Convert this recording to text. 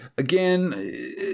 Again